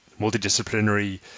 multidisciplinary